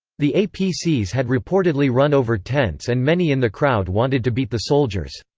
the apcs had reportedly run over tents and many in the crowd wanted to beat the soldiers.